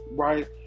Right